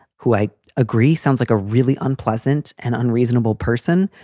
who i agree sounds like a really unpleasant and unreasonable person,